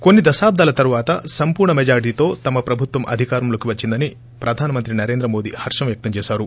కొన్సి దశాబ్గాల తరువాత సంపూర్ల మెజార్గీతో తమ ప్రభుత్వం అధికారంలోకి వచ్చిందని ప్రధాన మంత్రి నరేంద్ర మోదీ హర్షం వ్యక్తం చేశారు